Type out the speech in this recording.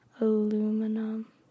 aluminum